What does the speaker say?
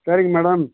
சரிங்க மேடம்